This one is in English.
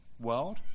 world